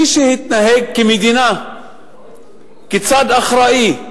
מי שהתנהג כמדינה, כצד אחראי,